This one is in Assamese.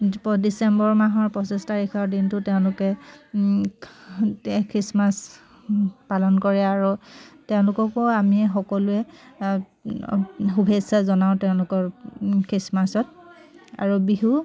প ডিচেম্বৰ মাহৰ পঁচিছ তাৰিখৰ দিনটো তেওঁলোকে তে খ্ৰীষ্টমাছ পালন কৰে আৰু তেওঁলোককো আমি সকলোৱে শুভেচ্ছা জনাওঁ তেওঁলোকৰ খ্ৰীষ্টমাছত আৰু বিহু